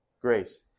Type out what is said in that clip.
grace